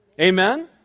Amen